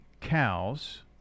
cows